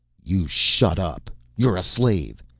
you shut up. you're a slave.